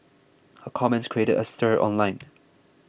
her comments created a stir online